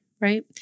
right